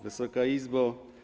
Wysoka Izbo!